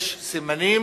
יש סימנים